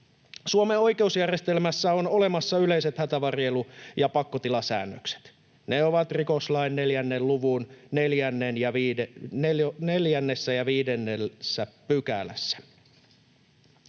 Suomen oikeusjärjestelmässä on olemassa yleiset hätävarjelu- ja pakkotilasäännökset. Ne ovat rikoslain 4 luvun 4 ja 5 §:ssä.